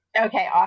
Okay